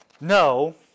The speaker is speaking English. No